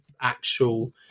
actual